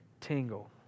tingle